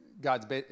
God's